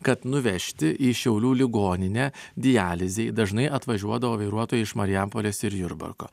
kad nuvežti į šiaulių ligoninę dializei dažnai atvažiuodavo vairuotojai iš marijampolės ir jurbarko